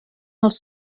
els